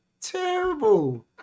terrible